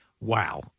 wow